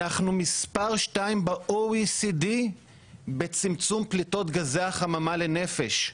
אנחנו מספר שתיים ב-OECD בצמצום פליטות גזי החממה לנפש.